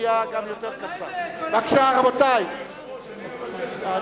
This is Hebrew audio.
תודה רבה ויום טוב.